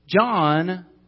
John